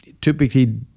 typically